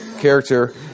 character